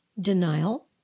denial